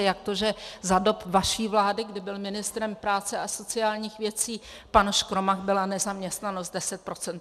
Jak to, že za dob vaší vlády, kdy byl ministrem práce a sociálních věci pan Škromach, byla nezaměstnanost deset procent?